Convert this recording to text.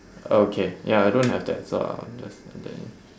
okay ya I don't have that so I'll just circle it